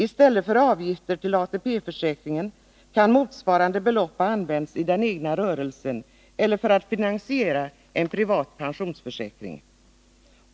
I stället för avgifter till ATP-försäkringen kan motsvarande belopp ha använts i den egna rörelsen eller för att finansiera en privat pensionsförsäkring.